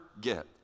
get